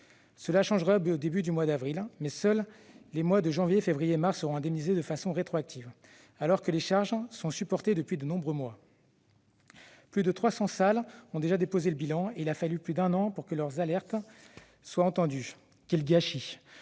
Cela changera au début du mois d'avril prochain, mais seuls les mois de janvier, février et mars seront indemnisés de façon rétroactive, alors que les charges sont supportées depuis de nombreux mois. Plus de 300 salles ont déjà déposé le bilan et il a fallu plus d'un an pour que leurs alertes soient entendues. Quel gâchis !